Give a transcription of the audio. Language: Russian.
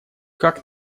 как